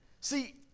See